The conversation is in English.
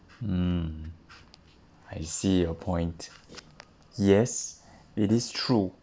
mm I see your point yes it is true